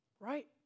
Right